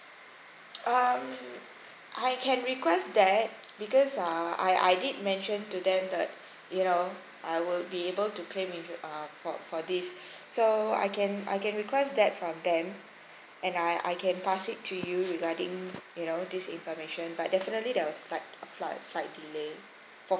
um I can request that because uh I I did mention to them that you know I will be able to claim if you uh for for this so I can I can request that from them and I I can pass it to you regarding you know this information but definitely there was a flight flight delay for